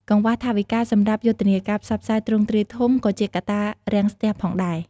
កង្វះថវិកាសម្រាប់យុទ្ធនាការផ្សព្វផ្សាយទ្រង់ទ្រាយធំក៏ជាកត្តារាំងស្ទះផងដែរ។